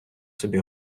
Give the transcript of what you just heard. собі